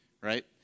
right